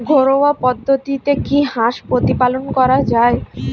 ঘরোয়া পদ্ধতিতে কি হাঁস প্রতিপালন করা যায়?